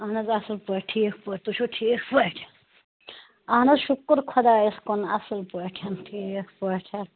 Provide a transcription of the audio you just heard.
اہن حظ اَصٕل پٲٹھۍ ٹھیٖک پٲٹھۍ تُہۍ چھُو ٹھیٖک پٲٹھۍ اہن حظ شُکُر خۄدایَس کُن اَصٕل پٲٹھ ٹھیٖک پٲٹھ